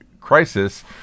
crisis